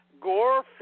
gore